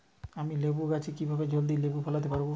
আমি লেবু গাছে কিভাবে জলদি লেবু ফলাতে পরাবো?